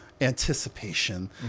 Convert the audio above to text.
anticipation